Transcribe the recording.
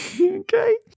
Okay